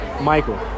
Michael